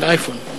תודה רבה.